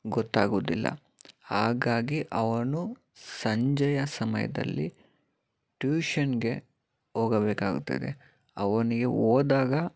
ಗೊತ್ತಾಗೋದಿಲ್ಲ ಹಾಗಾಗಿ ಅವನು ಸಂಜೆಯ ಸಮಯದಲ್ಲಿ ಟ್ಯೂಷನ್ಗೆ ಹೋಗಬೇಕಾಗುತ್ತದೆ ಅವನಿಗೆ ಹೋದಾಗ